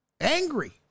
Angry